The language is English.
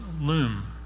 loom